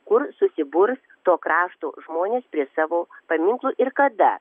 kur susiburs to krašto žmonės prie savo paminklų ir kada